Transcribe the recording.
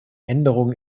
änderung